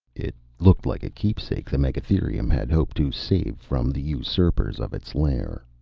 it looked like a keepsake the megatherium had hoped to save from the usurpers of its lair.